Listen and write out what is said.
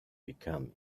become